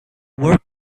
work